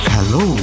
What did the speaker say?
Hello